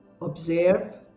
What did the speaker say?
Observe